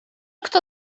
kto